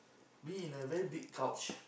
be in a very big couch